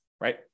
right